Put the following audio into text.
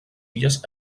illes